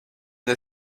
une